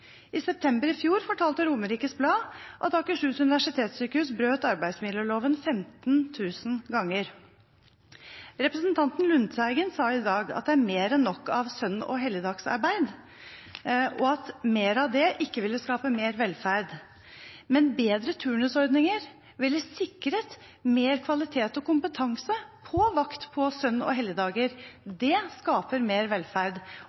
I september i fjor fortalte Romerikes Blad at Akershus universitetssykehus brøt arbeidsmiljøloven 15 000 ganger. Representanten Lundteigen sa i dag at det er mer enn nok av søn- og helligdagsarbeid, og at mer av det ikke ville skape mer velferd. Men bedre turnusordninger ville sikret mer kvalitet og kompetanse på vakt på søn- og helligdager. Det skaper mer velferd